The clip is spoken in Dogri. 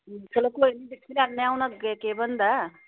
चलो कोई नेईं दिक्खी लैन्ने आं हून अग्गें केह् बनदा ऐ